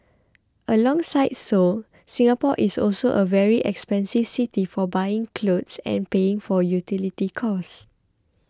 alongside Seoul Singapore is also a very expensive city for buying clothes and paying for utility costs